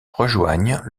rejoignent